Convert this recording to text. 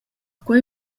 quei